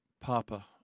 Papa